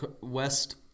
West